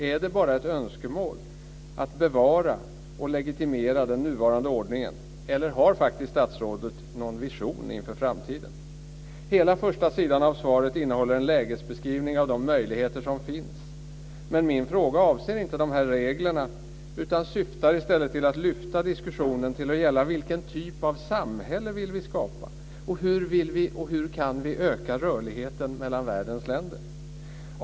Är det bara ett önskemål att bevara och legitimera den nuvarande ordningen? Eller har statsrådet någon vision inför framtiden? Hela första sidan av svaret innehåller en lägesbeskrivning av de möjligheter som finns. Men min fråga avser inte dessa regler, utan den syftar i stället till att lyfta diskussionen till att gälla vilken typ av samhälle som vi vill skapa. Hur vill vi och hur kan vi öka rörligheten mellan världens länder?